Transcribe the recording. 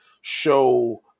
show